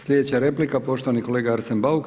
Slijedeća replika poštovani kolega Arsen Bauk.